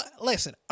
listen